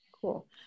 Cool